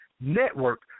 Network